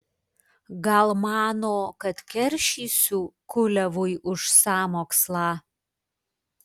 gal mano kad keršysiu kuliavui už sąmokslą